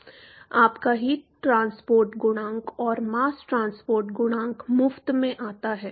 आपका heat transport गुणांक और मास ट्रांसपोर्ट गुणांक मुफ्त में आता है